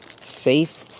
safe